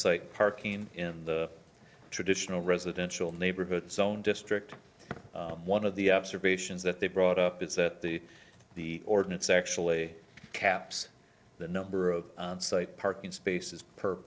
really parking in the traditional residential neighborhood zone district one of the observations that they brought up is that the the ordinance actually caps the number of site parking spaces per